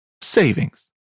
savings